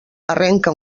arranca